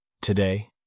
Today